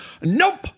nope